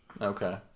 Okay